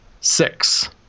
six